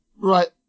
Right